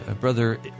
Brother